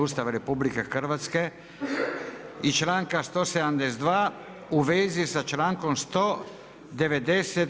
Ustava RH i članka 172. u vezi sa člankom 190.